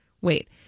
Wait